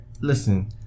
listen